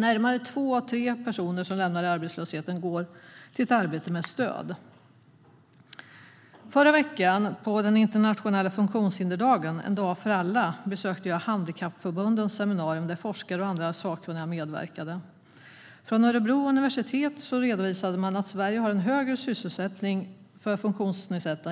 Närmare två av tre personer som lämnar arbetslösheten går till ett arbete med stöd. Förra veckan på den internationella funktionshindersdagen, En dag för alla, besökte jag Handikappförbundens seminarium där forskare och andra sakkunniga medverkade. Från Örebro universitet redovisade man att Sverige har en högre sysselsättning